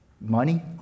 money